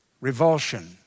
Revulsion